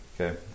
Okay